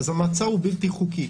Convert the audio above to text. המצב הוא בלתי חוקי,